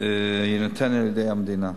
יינתן על-ידי המדינה.